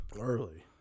Early